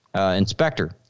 inspector